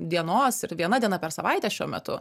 dienos ir viena diena per savaitę šiuo metu